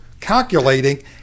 calculating